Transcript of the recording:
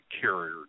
carrier